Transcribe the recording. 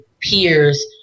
peers